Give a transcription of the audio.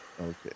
okay